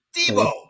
Debo